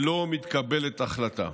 שלא מתקבלת החלטה.